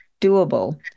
doable